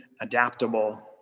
adaptable